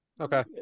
Okay